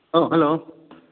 hello